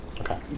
Okay